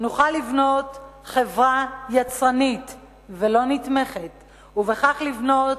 נוכל לבנות חברה יצרנית ולא נתמכת ובכך לבנות